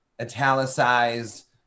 italicized